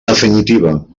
definitiva